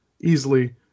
easily